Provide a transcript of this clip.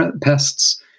pests